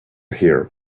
hear